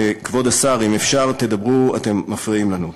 כבוד השר, אם אפשר, תדברו, אתם מפריעים לנו.